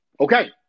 Okay